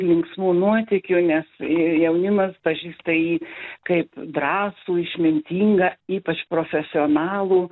linksmų nuotykių nes jaunimas pažįsta jį kaip drąsų išmintingą ypač profesionalų